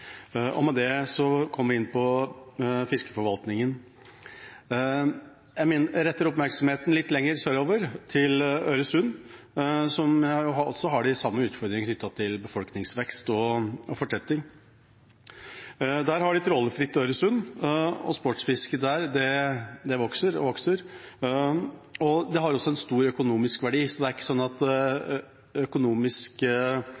befolkningsvekst. Med det kommer vi inn på fiskeforvaltningen. Jeg vil rette oppmerksomheten litt sørover, til Øresund, som har de samme utfordringene knyttet til befolkningsvekst og fortetting. Der har de et trålfritt Øresund, og sportsfisket der vokser og vokser. Det har også en stor økonomisk verdi – det er ikke slik at